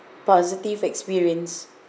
positive experience